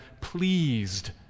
pleased